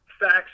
facts